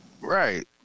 Right